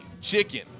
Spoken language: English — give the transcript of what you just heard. chicken